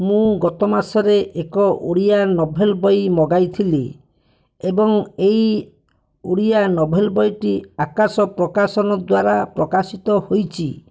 ମୁଁ ଗତ ମାସରେ ଏକ ଓଡ଼ିଆ ନୋଭେଲ ବହି ମଗାଇଥିଲି ଏବଂ ଏହି ଓଡ଼ିଆ ନୋଭେଲ ବହିଟି ଆକାଶ ପ୍ରକାଶନ ଦ୍ୱାରା ପ୍ରକାଶିତ ହୋଇଛି